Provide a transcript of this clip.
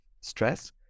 stress